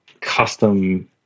custom